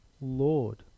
Lord